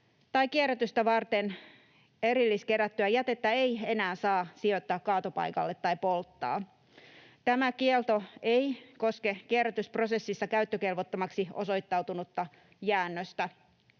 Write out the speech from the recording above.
tai kierrätystä varten erilliskerättyä jätettä ei enää saa sijoittaa kaatopaikalle tai polttaa. Tämä kielto ei koske kierrätysprosessissa käyttökelvottomaksi osoittautunutta jäännöstä,